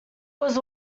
was